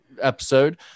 episode